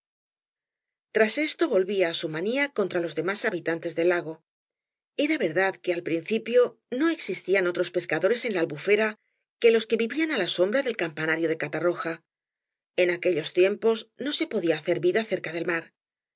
tras esto volvía á su manía contra los demás habitantes del lago era verdad que al principio no existían otros pescadores en la albufera que los que vivían á la sombra del campanario de catarro ja en aquellos tiempos no se podía hacer vida cerca del mar